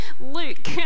Luke